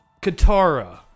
katara